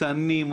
תנים,